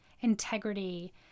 integrity